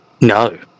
No